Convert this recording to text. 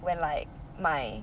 when like my